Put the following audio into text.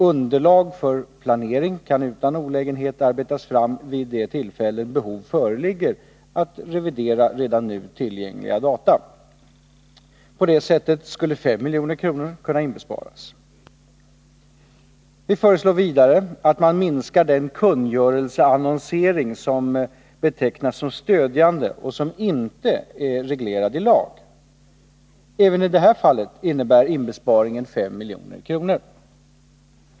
Underlag för planering kan utan olägenhet arbetas fram vid de tillfällen då behov föreligger att revidera redan nu tillängliga data. På detta sätt skulle 5 milj.kr. kunna inbesparas. Vi föreslår vidare att man minskar den kungörelseannonsering som betecknas som stödjande och som inte är reglerad i lag. Även i detta fall blir inbesparingen 5 milj.kr.